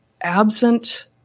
absent